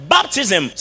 Baptism